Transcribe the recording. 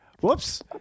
whoops